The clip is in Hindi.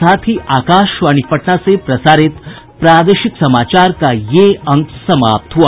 इसके साथ ही आकाशवाणी पटना से प्रसारित प्रादेशिक समाचार का ये अंक समाप्त हुआ